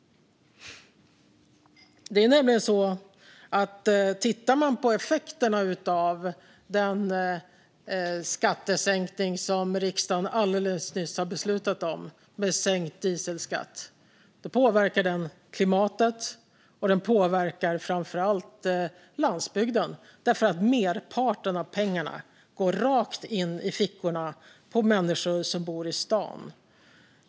Det är nämligen så att om man tittar på effekterna av den skattesänkning på diesel som riksdagen alldeles nyss har beslutat om ser man att den påverkar klimatet och framför allt landsbygden, för merparten av pengarna går rakt in i fickorna på människor som bor i stan.